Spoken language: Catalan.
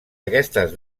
aquestes